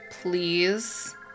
please